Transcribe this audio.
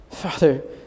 Father